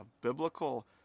biblical